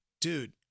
dude